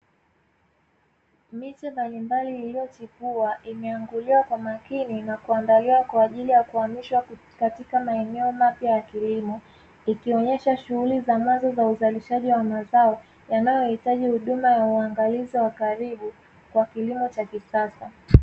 Miche mbalimbali iliyochipua imeanguliwa kwa makini na kuandaliwa kwa ajili ya kuhamishwa katika maeneo mapya ya kilimo, ikionyesha shughuli za mwanzo uzalishaji wa mazao, yanayohitaji huduma ya uangalizi wa karibu ,kwa kilimo cha kisasa.